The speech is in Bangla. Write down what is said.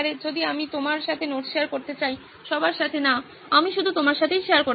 যদি আমি তোমার সাথে নোট শেয়ার করতে চাই সবার সাথে না আমি শুধু তোমার সাথেই শেয়ার করতে চাই